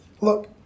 Look